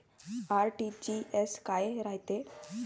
RTGS काय रायते?